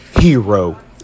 hero